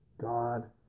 God